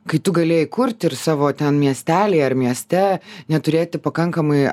kai tu galėjai kurti ir savo ten miestelyje ar mieste neturėti pakankamai